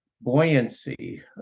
buoyancy